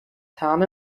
طعم